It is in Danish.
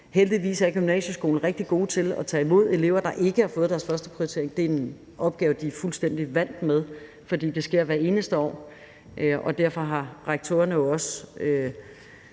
Heldigvis er gymnasieskolen rigtig god til at tage imod elever, der ikke har fået deres førsteprioritering. Det er en opgave, den er fuldstændig vant med, for det sker hvert eneste år, og derfor har rektorerne jo også